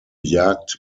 jagd